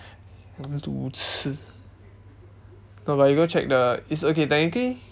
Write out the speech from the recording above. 路痴 no lah you go check the it's okay technically